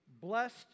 blessed